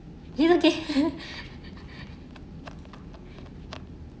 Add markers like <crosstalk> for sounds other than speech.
it's okay <laughs>